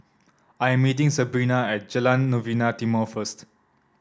I am meeting Sebrina at Jalan Novena Timor first